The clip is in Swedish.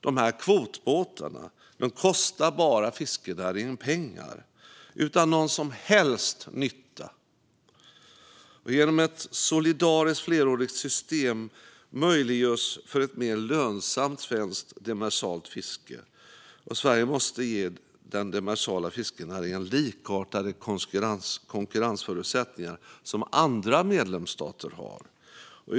Dessa kvotbåtar kostar bara fiskenäringen pengar utan att göra någon som helst nytta. Genom ett solidariskt flerårigt system möjliggörs ett mer lönsamt svenskt demersalt fiske. Sverige måste ge den demersala fiskenäringen konkurrensförutsättningar som liknar dem som andra medlemsstater har.